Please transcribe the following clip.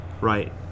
right